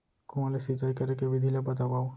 कुआं ले सिंचाई करे के विधि ला बतावव?